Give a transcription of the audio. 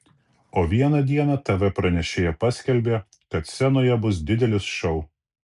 o vieną dieną tv pranešėja paskelbė kad scenoje bus didelis šou